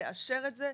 לאשר את זה,